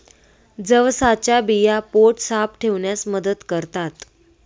जवसाच्या बिया पोट साफ ठेवण्यास मदत करतात